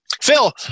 Phil